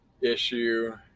issue